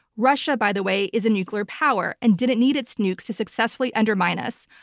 russia by the way is a nuclear power and did it need its nukes to successfully undermine us?